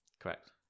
correct